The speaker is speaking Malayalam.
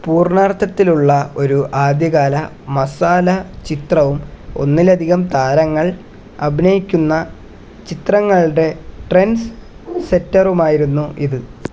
പൂർണാർത്ഥത്തിലുള്ള ഒരു ആദ്യകാല മസാല ചിത്രവും ഒന്നിലധികം താരങ്ങൾ അഭിനയിക്കുന്ന ചിത്രങ്ങളുടെ ട്രൻഡ്സ് സെറ്ററുമായിരുന്നു ഇത്